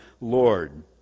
Lord